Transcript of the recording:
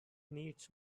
needs